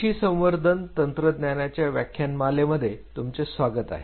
पेशी संवर्धन तंत्रज्ञानाच्या व्याख्यानमाले मध्ये तुमचे स्वागत आहे